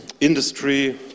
industry